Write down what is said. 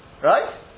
Right